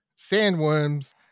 sandworms